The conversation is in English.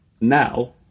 Now